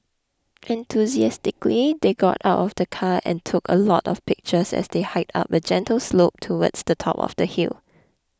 enthusiastically they got out of the car and took a lot of pictures as they hiked up a gentle slope towards the top of the hill